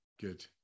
Good